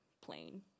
plain